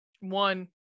one